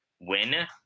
win